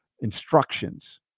instructions